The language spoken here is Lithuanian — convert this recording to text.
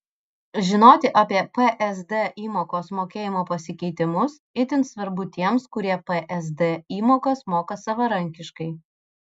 žinoti apie psd įmokos mokėjimo pasikeitimus itin svarbu tiems kurie psd įmokas moka savarankiškai